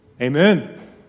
Amen